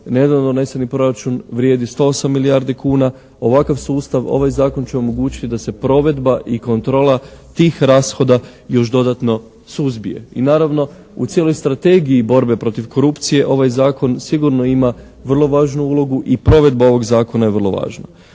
nedavno doneseni proračun vrijedi 108 milijardi kuna. Ovakav sustav, ovaj zakon će omogućiti da se provedba i kontrola tih rashoda još dodatno suzbije. I naravno u cijeloj strategiji borbe protiv korupcije ovaj zakon sigurno ima vrlo važnu ulogu i provedba ovog zakona je vrlo važna.